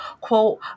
quote